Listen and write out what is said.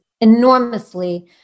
enormously